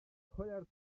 polar